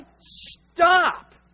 stop